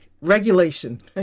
Regulation